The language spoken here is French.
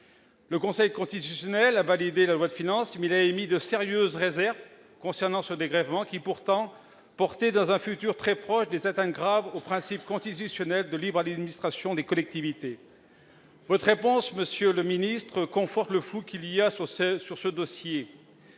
Le Conseil constitutionnel a validé la loi de finances, mais il a émis de sérieuses réserves concernant ce dégrèvement, qui portera dans un futur très proche des atteintes graves au principe constitutionnel de libre administration des collectivités. La réponse apportée par M. le ministre de l'économie et des